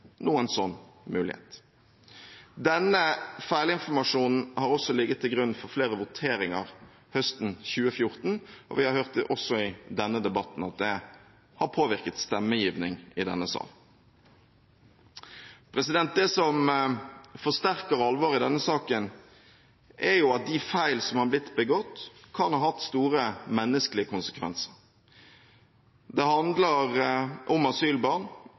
noen sånn mulighet. Denne feilinformasjonen har også ligget til grunn for flere voteringer høsten 2014, og vi har hørt også i denne debatten at det har påvirket stemmegivning i denne sal. Det som forsterker alvoret i denne saken, er at de feil som har blitt begått, kan ha hatt store menneskelige konsekvenser. Det handler om asylbarn